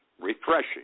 refreshing